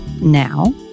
now